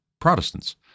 Protestants